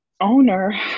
owner